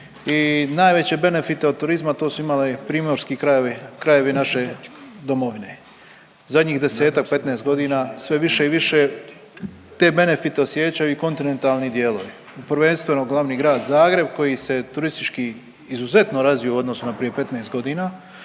i najveće benefite od turizma to su imali primorski krajevi, krajevi naše domovine. Zadnjih 10-tak, 15.g. sve više i više te benefite osjećaju i kontinentalni dijelovi i prvenstveno glavni Grad Zagreb koji se turistički izuzetno razvio u odnosu na prije 15 godina,